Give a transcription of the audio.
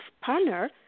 partner